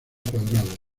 cuadrados